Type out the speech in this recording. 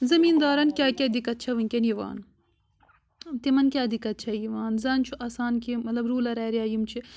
زمیٖنٛدارَن کیٛاہ کیٛاہ دِقعت چھِ وُِنکٮ۪ن یِوان تِمن کیٛاہ دِقعت چھِ یِوان زَن چھُ آسان کہِ مطلب روٗلر ایٚریا یِم چھِ